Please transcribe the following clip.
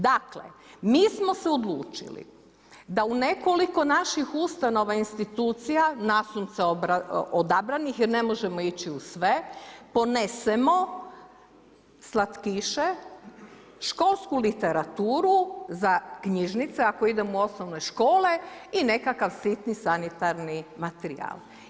Dakle, mi smo se odlučili da u nekoliko naših ustanova, institucija, nasumce, odabranih, jer ne možemo ići u sve, ponesemo, slatkiše, školsku literaturu, za knjižnice ako idemo u osnovne škole i nekakav sitni sanitarni materijal.